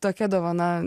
tokia dovana